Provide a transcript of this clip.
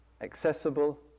accessible